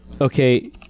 Okay